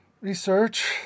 research